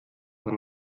doch